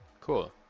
Cool